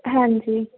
ਹਾਂਜੀ